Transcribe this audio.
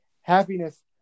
happiness